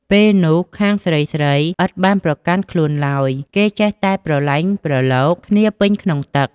ពេលនោះខាងស្រីៗ ឥតបានប្រកាន់ខ្លួនឡើយ គេចេះតែប្រឡែងប្រឡូកគ្នាពេញក្នុងទឹក។